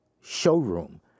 showroom